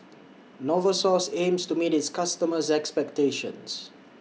Novosource aims to meet its customers' expectations